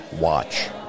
watch